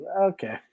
Okay